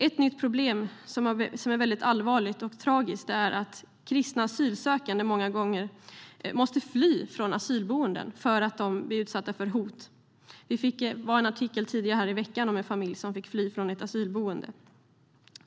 Ett nytt problem, som är allvarligt och tragiskt, är att kristna asylsökande många gånger måste fly från asylboenden för att de blir utsatta för hot. Vi kunde läsa en artikel tidigare i veckan om en familj som måste fly från ett asylboende.